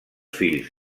fills